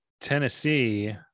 Tennessee